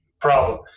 problem